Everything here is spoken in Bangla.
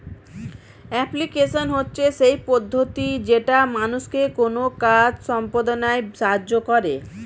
অ্যাপ্লিকেশন হচ্ছে সেই পদ্ধতি যেটা মানুষকে কোনো কাজ সম্পদনায় সাহায্য করে